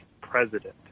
president